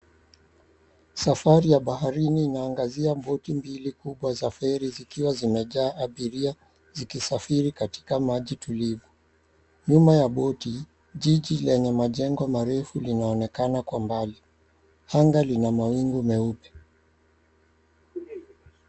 Safari ya baharini inaangazia boti mbili kubwa za feri zikiwa zimejaa abiria zikisafiri katika maji tulivu, nyuma ya boti jiji lenye majengo marefu linaonekana kwa mbali, anga lina mawingu meupe.